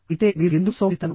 అయితే మీరు ఎందుకు సోమరితనం